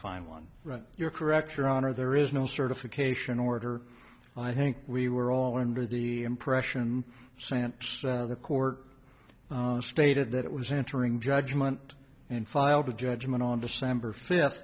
find one you're correct your honor there is no certification order i think we were all under the impression sent to the court stated that it was entering judgment and filed a judgment on december fifth